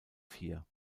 vier